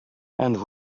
and